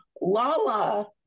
Lala